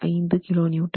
05kN